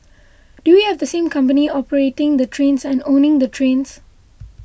do we have the same company operating the trains and owning the trains